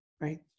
Right